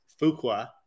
Fuqua